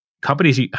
Companies